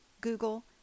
Google